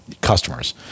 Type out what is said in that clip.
customers